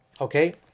okay